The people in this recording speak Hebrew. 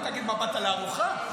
תגיד, מה, באת לארוחה?